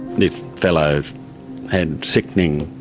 the fellow had sickening